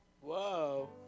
Whoa